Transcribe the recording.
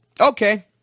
Okay